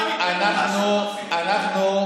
אנחנו נמשיך,